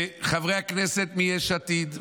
וחברי הכנסת מיש עתיד,